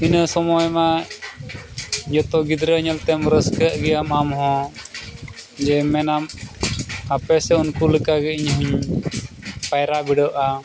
ᱤᱱᱟᱹ ᱥᱳᱢᱳᱭ ᱢᱟ ᱡᱚᱛᱚ ᱜᱤᱫᱽᱨᱟᱹ ᱧᱮᱞ ᱛᱮᱢ ᱨᱟᱹᱥᱠᱟᱹᱜ ᱜᱮᱭᱟ ᱢᱟᱢ ᱦᱚᱸ ᱡᱮ ᱢᱮᱱᱟᱢ ᱟᱯᱮ ᱥᱮ ᱩᱱᱠᱩ ᱞᱮᱠᱟᱜᱮ ᱤᱧ ᱦᱚᱧ ᱯᱟᱭᱨᱟ ᱵᱤᱲᱟᱹᱜᱼᱟ